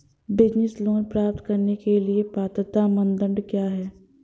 Business loan प्राप्त करने के लिए पात्रता मानदंड क्या हैं?